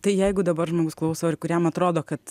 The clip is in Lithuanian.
tai jeigu dabar žmogus klauso ir kuriam atrodo kad